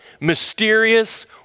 mysterious